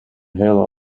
hele